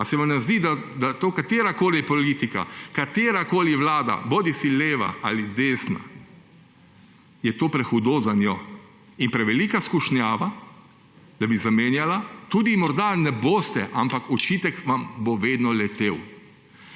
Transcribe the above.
Ali se vam ne zdi, da katerakoli politika, katerakoli vlada, bodisi leva ali desna, da je to prehudo za njo in prevelika skušnjava, da bi zamenjala, tudi morda ne boste, ampak očitek vam bo vedno letel.